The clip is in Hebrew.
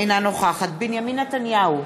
אינה נוכחת בנימין נתניהו,